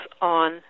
on